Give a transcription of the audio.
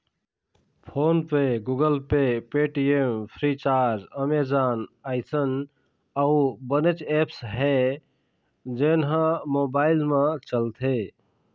phone पे, Google Pay, Paytm, Freecharge, Amazon अइसन अउ बनेच ऐप्स हे जेन ह मोबाईल म चलथे